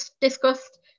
discussed